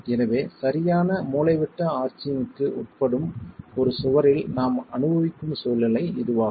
எனவே சரியான மூலைவிட்ட ஆர்ச்சிங்க்கு உட்படும் ஒரு சுவரில் நாம் அனுபவிக்கும் சூழ்நிலை இதுவாகும்